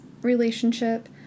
relationship